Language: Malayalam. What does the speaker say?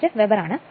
05 വെബർ ആണ്